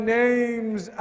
names